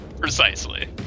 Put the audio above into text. precisely